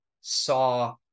saw